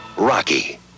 Rocky